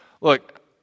Look